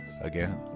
Again